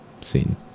seen